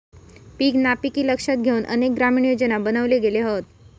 पीक नापिकी लक्षात घेउन अनेक ग्रामीण योजना बनवले गेले हत